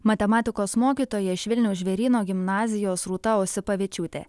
matematikos mokytoja iš vilniaus žvėryno gimnazijos rūta osipavičiūtė